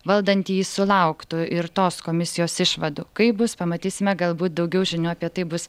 valdantieji sulauktų ir tos komisijos išvadų kaip bus pamatysime galbūt daugiau žinių apie tai bus